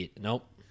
Nope